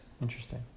Interesting